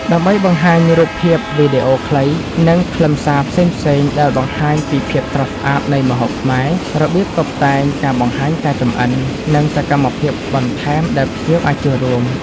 ដើម្បីបង្ហាញរូបភាព វីដេអូខ្លី និងខ្លឹមសារផ្សេងៗដែលបង្ហាញពីភាពស្រស់ស្អាតនៃម្ហូបខ្មែរ របៀបតុបតែង ការបង្ហាញការចម្អិន និងសកម្មភាពបន្ថែមដែលភ្ញៀវអាចចូលរួម។